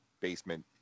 basement